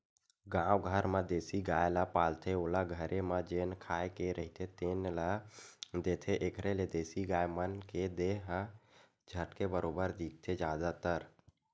गाँव घर म देसी गाय ल पालथे ओला घरे म जेन खाए के रहिथे तेने ल देथे, एखर ले देसी गाय मन के देहे ह झटके बरोबर दिखथे जादातर